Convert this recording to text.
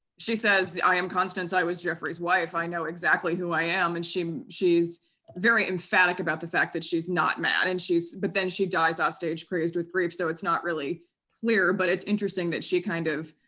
she says, i am constance, i was geoffrey's wife, i know exactly who i am, and she she's very emphatic about the fact that she's not mad, and she's but then she dies offstage crazed with grief, so it's not really clear, but it's interesting that she kind of,